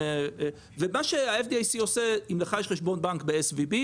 מה שה-FDIC עושה זה שאם יש לך חשבון בנק ב-SVB,